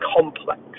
complex